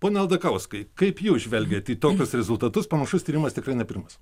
pone aldakauskai kaip jūs žvelgiat į tokius rezultatus panašus tyrimas tikrai ne pirmas